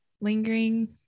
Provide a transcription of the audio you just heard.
lingering